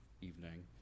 evening